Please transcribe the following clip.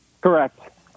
Correct